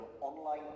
online